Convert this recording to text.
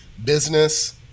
business